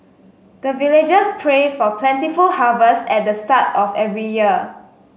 the villagers pray for plentiful harvest at the start of every year